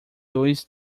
dois